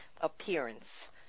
appearance